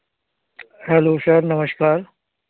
hello sir नमस्कार